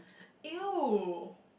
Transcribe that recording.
!eww!